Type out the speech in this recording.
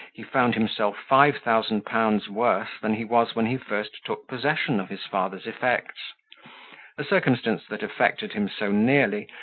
he found himself five thousand pounds worse than he was when he first took possession of his father's effects a circumstance that affected him so nearly,